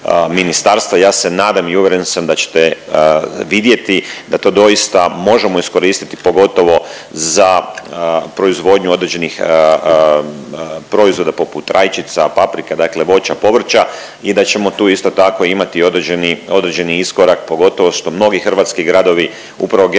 Ja se nadam i uvjeren sam da ćete vidjeti da to doista možemo iskoristiti pogotovo za proizvodnju određenih proizvoda poput rajčica, paprika, dakle voća, povrća i da ćemo tu isto tako imati određeni, određeni iskorak pogotovo što mnogi hrvatski gradovi upravo geotermalnu